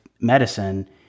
medicine